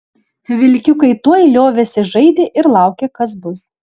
vilkiukai tuoj liovėsi žaidę ir laukė kas bus